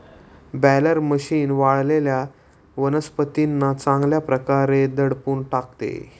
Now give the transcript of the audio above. baler machine वाळलेल्या वनस्पतींना चांगल्या प्रकारे दडपून टाकते